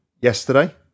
yesterday